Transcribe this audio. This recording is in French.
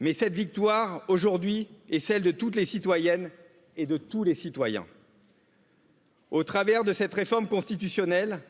Mais cette victoire, aujourd'hui, est celle de toutes les citoyennes et de tous les citoyens. au travers de cette réforme constitutionnelle,